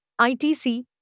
ITC